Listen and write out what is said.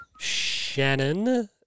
Shannon